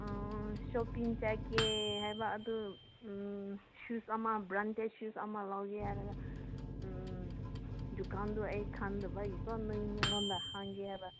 shopping ꯆꯠꯀꯦ ꯍꯥꯏꯕ ꯑꯗꯨ ꯁꯨꯁ ꯑꯃ ꯕ꯭ꯔꯥꯟꯗꯦꯠ ꯁꯨꯁ ꯑꯃ ꯂꯧꯒꯦ ꯍꯥꯏꯔꯒ ꯗꯨꯀꯥꯟꯗꯨ ꯑꯩ ꯈꯪꯗꯕꯒꯤꯀꯣ ꯅꯪꯉꯣꯟꯗ ꯍꯪꯒꯦ ꯍꯥꯏꯕ